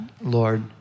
Lord